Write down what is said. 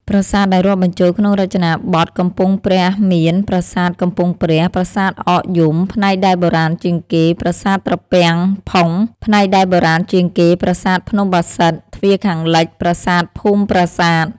ប្រាសាទដែលរាប់បញ្ចូលក្នុងរចនាបថកំពង់ព្រះមាន៖ប្រាសាទកំពង់ព្រះ ប្រាសាទអកយំ ផ្នែកដែលបុរាណជាងគេ ប្រាសាទត្រពាំងផុង ផ្នែកដែលបុរាណជាងគេ ប្រាសាទភ្នំបាសិទ្ធ ទ្វារខាងលិច ប្រាសាទភូមិប្រាសាទ។